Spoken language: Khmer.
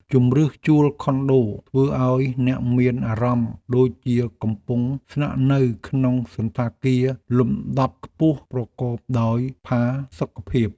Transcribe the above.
ជម្រើសជួលខុនដូធ្វើឱ្យអ្នកមានអារម្មណ៍ដូចជាកំពុងស្នាក់នៅក្នុងសណ្ឋាគារលំដាប់ខ្ពស់ប្រកបដោយផាសុកភាព។